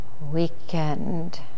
weekend